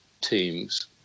teams